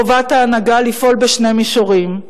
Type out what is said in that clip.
חובת ההנהגה לפעול בשני המישורים: